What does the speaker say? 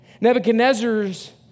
Nebuchadnezzar's